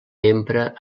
empra